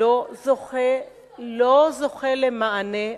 לא זוכה למענה אמיתי.